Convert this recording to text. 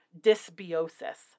dysbiosis